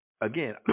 Again